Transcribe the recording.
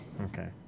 Okay